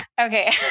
Okay